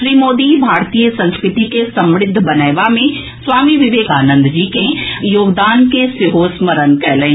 श्री मोदी भारतीय संस्कृति के समृद्ध बनएबा मे स्वामी विवेकानन्दक योगदान के सेहो स्मरण कयलनि